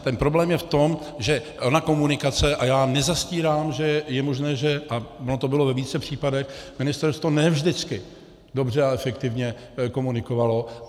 Ten problém je v tom, že komunikace, a já nezastírám, že je možné, že a ono to bylo ve více případech ministerstvo ne vždycky dobře a efektivně komunikovalo.